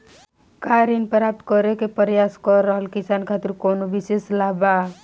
का ऋण प्राप्त करे के प्रयास कर रहल किसान खातिर कउनो विशेष लाभ बा?